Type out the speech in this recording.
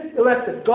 elected